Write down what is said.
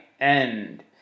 end